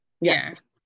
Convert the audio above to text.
yes